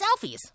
selfies